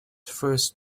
first